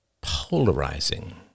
polarizing